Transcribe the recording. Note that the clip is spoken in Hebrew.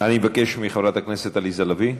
אני מבקש מחברת הכנסת עליזה לביא,